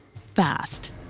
fast